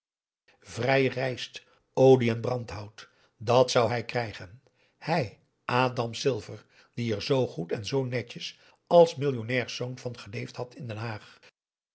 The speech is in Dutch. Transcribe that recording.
vrij rijst olie en brandhout dat zou hij krijgen hij adam silver die er zoo goed en zoo netjes als millionnairs zoon van geleefd had in den haag